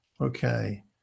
okay